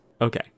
okay